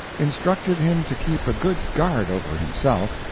instructed him to keep a good guard over himself,